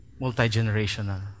multi-generational